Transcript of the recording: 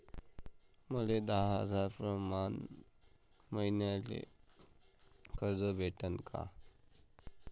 मले दहा हजार प्रमाण मईन्याले कर्ज भेटन का?